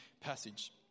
passage